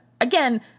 Again